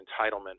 entitlement